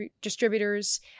Distributors